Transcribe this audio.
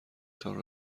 تان